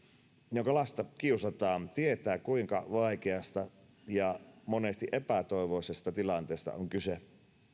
jonka lasta kiusataan tietää kuinka vaikeasta ja monesti epätoivoisesta tilanteesta on kyse